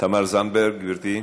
תמר זנדברג, גברתי.